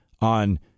on